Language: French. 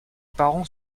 parents